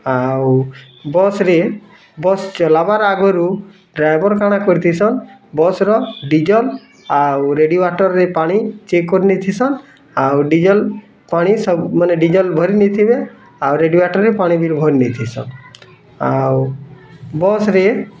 ଆଉ ବସ୍ରେ ବସ୍ ଚଲାବାର ଆଗରୁ ଡ୍ରାଇଭର୍ କାଣା କରୁଥିସନ ବସ୍ର ଡିଜେଲ୍ ଆଉ ରେଡ଼ି ୱାଟର୍ରେ ପାଣି ଚେକ୍ କରି ନେଇ ଥିସନ୍ ଆଉ ଡିଜେଲ୍ ପାଣି ମାନେ ଡିଜେଲ୍ ଭରି ନେଇ ଥିବେ ଆଉ ରେଡି ୱାଟର୍ରେ ପାଣି ଭରି ନେଇ ଥିସନ ଆଉ ବସ୍ରେ